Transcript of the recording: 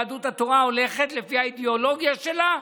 יהדות התורה הולכת לפי האידיאולוגיה שלה,